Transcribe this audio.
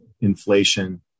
inflation